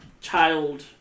child